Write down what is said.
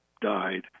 died